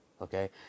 Okay